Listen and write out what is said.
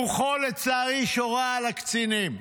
רוחו, לצערי, שורה על הקצינים.